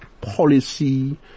policy